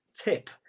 tip